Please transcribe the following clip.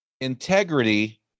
integrity